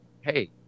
hey